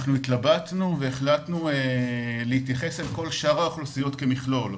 התלבטנו והחלטנו להתייחס לכל שאר האוכלוסיות כמכלול,